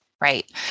Right